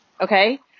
Okay